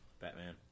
Batman